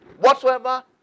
whatsoever